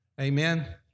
Amen